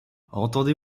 entendez